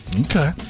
Okay